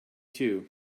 too